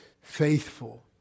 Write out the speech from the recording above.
faithful